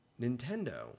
Nintendo